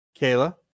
Kayla